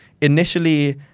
initially